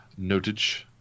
notage